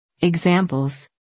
Examples